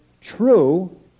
true